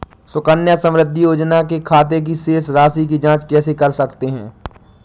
सुकन्या समृद्धि योजना के खाते की शेष राशि की जाँच कैसे कर सकते हैं?